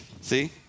See